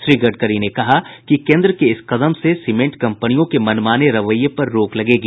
श्री गडकरी ने कहा कि केंद्र के इस कदम से सीमेंट कंपनियों के मनमाने रवैये पर रोक लगेगी